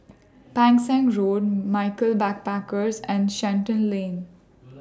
Pang Seng Road Michaels Backpackers and Shenton Lane